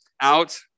out